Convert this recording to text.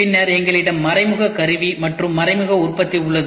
பின்னர் எங்களிடம் மறைமுக கருவி மற்றும் மறைமுக உற்பத்திஉள்ளது